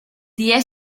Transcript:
the